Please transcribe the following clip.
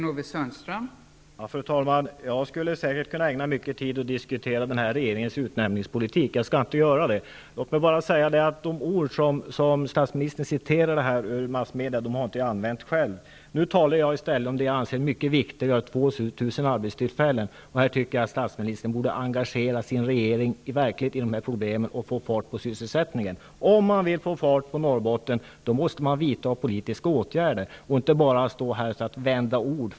Fru talman! Jag skulle kunna ägna mycken tid åt att diskutera regeringens utnämningspolitik, men det skall jag inte göra. Låt mig bara säga att jag inte själv använde de ord som statsministern citerade ur massmedia. Nu talar jag om det jag anser vara mycket viktigare, dvs. 2 000 arbetstillfällen, och jag tycker att statsministern borde engagera sin regering i problemen och få fart på sysselsättningen. Om man vill få fart på Norrbotten och förändra utvecklingen måste man vidta politiska åtgärder och inte bara stå här och vända ord.